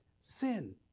sin